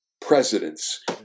presidents